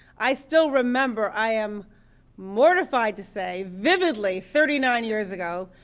i still remember, i am mortified to say, vividly, thirty nine years ago,